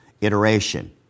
iteration